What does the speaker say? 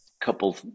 couple